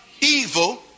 evil